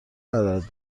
ندارد